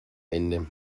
ende